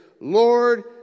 Lord